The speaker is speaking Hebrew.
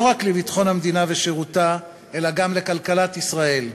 לא רק לביטחון המדינה ושירותה אלא גם לכלכלת ישראל.